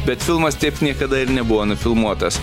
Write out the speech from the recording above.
bet filmas taip niekada ir nebuvo nufilmuotas